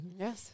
Yes